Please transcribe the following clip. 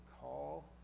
call